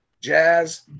Jazz